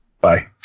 Bye